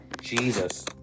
Jesus